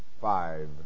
five